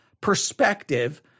perspective